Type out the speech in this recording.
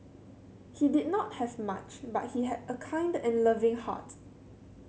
he did not have much but he had a kind and loving heart